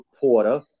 porter